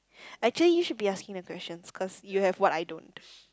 actually you should be asking the questions cause you have what I don't